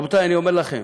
רבותי, אני אומר לכם: